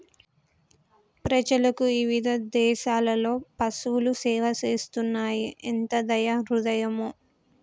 ప్రజలకు ఇవిధ దేసాలలో పసువులు సేవ చేస్తున్నాయి ఎంత దయా హృదయమో